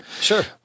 Sure